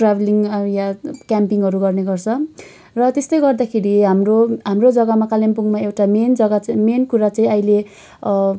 travelling या क्याम्पिनहरू गर्ने गर्छ र त्यस्तै गर्दाखेरि हाम्रो हाम्रो जग्गामा कालिम्पोङमा एउटा मेन जग्गा चाहिँ मेन कुरा चाहिँ अहिले